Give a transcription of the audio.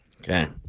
Okay